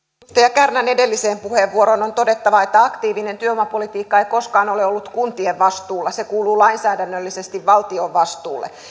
kärnän edelliseen puheenvuoroon on todettava että aktiivinen työvoimapolitiikka ei koskaan ole ollut kuntien vastuulla se kuuluu lainsäädännöllisesti valtion vastuulle